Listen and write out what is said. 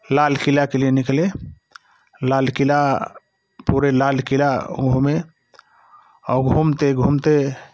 लालकिला के लिए निकले लालकिला पूरे लालकिला घूमे और घूमते घूमते